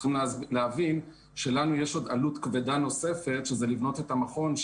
צריך להבין שלנו יש עוד עלות כבדה נוספת כדי לבנות את המכון,